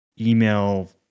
email